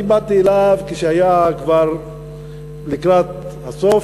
אני באתי אליו כשהוא היה כבר לקראת הסוף,